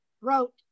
wrote